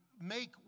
make